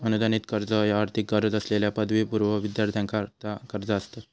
अनुदानित कर्ज ह्या आर्थिक गरज असलेल्यो पदवीपूर्व विद्यार्थ्यांकरता कर्जा असतत